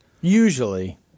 Usually